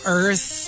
earth